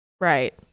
Right